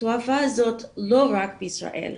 התופעה הזאת לא קיימת רק בישראל.